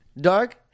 dark